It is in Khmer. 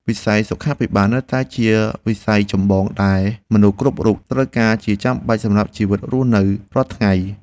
វិស័យសុខាភិបាលនៅតែជាវិស័យចម្បងដែលមនុស្សគ្រប់រូបត្រូវការជាចាំបាច់សម្រាប់ជីវិតរស់នៅរាល់ថ្ងៃ។